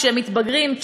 כשהם מתבגרים,